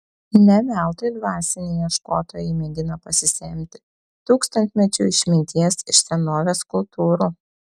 ne veltui dvasiniai ieškotojai mėgina pasisemti tūkstantmečių išminties iš senovės kultūrų